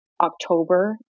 October